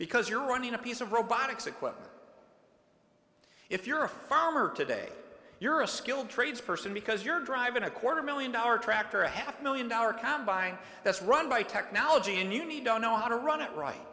because you're running a piece of robotics equipment if you're a farmer today you're a skilled trades person because you're driving a quarter million dollar tractor a half million dollar combine that's run by technology and you need to know how to run it right